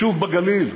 ביישוב בגליל,